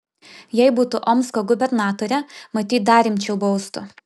jei būtų omsko gubernatore matyt dar rimčiau baustų